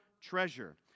treasure